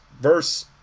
verse